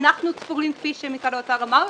אנחנו סבורים כפי שמשרד האוצר אמר,